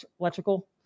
electrical